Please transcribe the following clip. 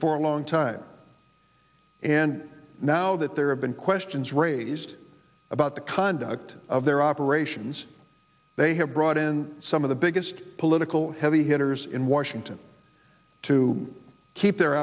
for a long time and now that there have been questions raised about the conduct of their operations they have brought in some of the biggest political heavy hitters in washington to keep their